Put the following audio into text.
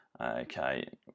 Okay